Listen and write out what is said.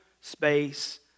space